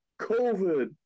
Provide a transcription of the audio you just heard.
COVID